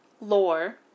lore